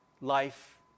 life